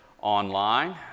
online